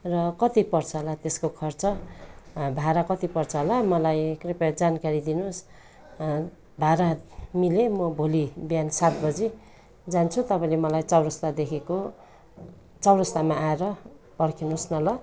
र कति पर्छ होला त्यसको खर्च भाडा कति पर्छ होला मलाई कृपया जानकारी दिनुहोस् भाडा मिले म भोलि बिहान सात बजी जान्छु तपाईँले मलाई चौरास्तादेखिको चौरास्तामा आएर पर्खिनुहोस् न ल